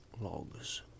logs